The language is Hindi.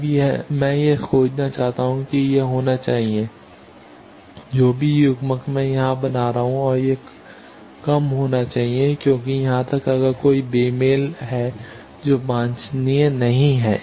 अब मैं यह खोजना चाहता हूं कि यह होना चाहिए जो भी युग्मक मैं यहां बना रहा हूं और यह कम होना चाहिए क्योंकि यहां तक कि अगर कोई बेमेल है जो वांछनीय नहीं है